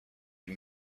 the